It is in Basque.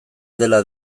dela